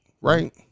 right